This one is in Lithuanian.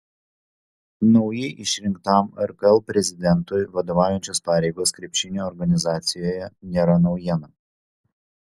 naujai išrinktam rkl prezidentui vadovaujančios pareigos krepšinio organizacijoje nėra naujiena